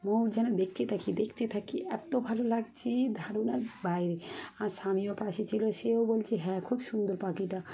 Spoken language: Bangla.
ময়ূর যেন দেখতে থাকি দেখতে থাকি এত ভালো লাগছে ধারনার বাইরে আর স্বামীও পাশে ছিল সেও বলছে হ্যাঁ খুব সুন্দর পাখিটা